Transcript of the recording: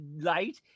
light